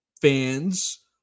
fans